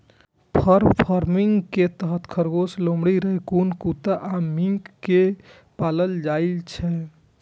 फर farming के तहत खरगोश, लोमड़ी, रैकून कुत्ता आ मिंक कें पालल जाइ छै